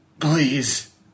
Please